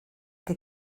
que